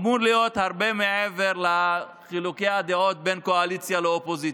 אמור להיות הרבה מעבר לחילוקי דעות בין קואליציה לאופוזיציה.